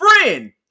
friend